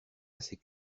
assez